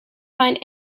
find